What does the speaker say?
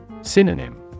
synonym